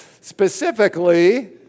Specifically